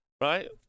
right